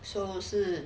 so 是